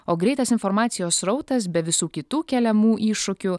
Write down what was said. o greitas informacijos srautas be visų kitų keliamų iššūkių